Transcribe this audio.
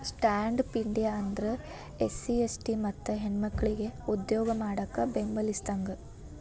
stand up India ಅಂದ್ರ SC ST ಮತ್ತ ಹೆಣ್ಮಕ್ಕಳಿಗೆ ಉದ್ಯೋಗ ಮಾಡಾಕ ಬೆಂಬಲಿಸಿದಂಗ